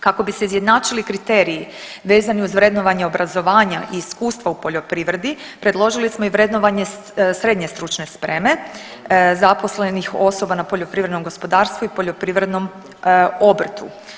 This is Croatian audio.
Kako bi se izjednačili kriteriji vezani uz vrednovanje obrazovanja i iskustva u poljoprivredi predložili smo i vrednovanje srednje stručne spreme zaposlenih osoba na poljoprivrednom gospodarstvu i poljoprivrednom obrtu.